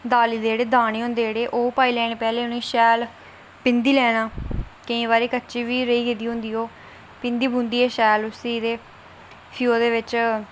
दाली दे जेहड़े दाने होंदे जेहड़े ओह् पाई लैने पैह्लैं ओह् शैल पिंदी लैना केईं बारी कच्ची बी रेही गेदी होंदी पिंदी पुंदी शैल उसी ते फ्ही ओह्दे बिच